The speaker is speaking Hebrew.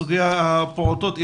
סוגיית הפעוטות האלרגיים.